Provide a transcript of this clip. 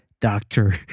doctor